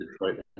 Detroit